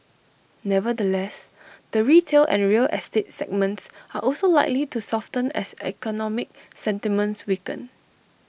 nevertheless the retail and real estate segments are also likely to soften as economic sentiments weaken